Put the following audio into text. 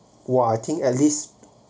!wah! I think at least